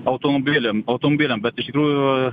automobiliam automobiliam bet iš tikrųjų